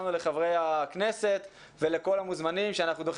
לחברי הכנסת שמכבדים אותנו בנוכחותם ולכל מי שנמצא אתנו